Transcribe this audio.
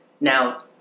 Now